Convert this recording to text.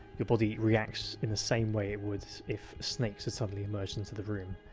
your body reacts in the same way it would if snakes had suddenly emerged into the room.